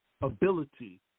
ability